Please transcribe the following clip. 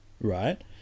right